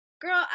Girl